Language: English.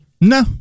No